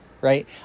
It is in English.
Right